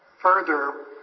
further